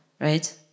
right